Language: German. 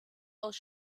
aus